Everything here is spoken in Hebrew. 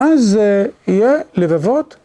אז יהיה לבבות.